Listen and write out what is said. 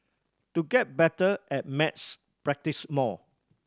to get better at maths practise more